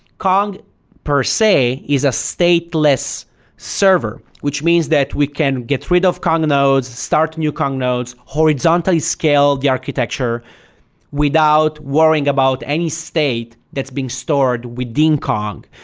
kong per se is a stateless server, which means that we can get rid of kong nodes, start new kong nodes, horizontally scale the architecture without worrying about any state that's being stored within kong.